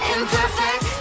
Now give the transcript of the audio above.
Imperfect